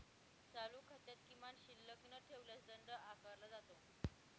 चालू खात्यात किमान शिल्लक न ठेवल्यास दंड आकारला जातो